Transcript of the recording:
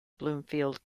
bloomfield